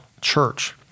church